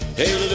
Hey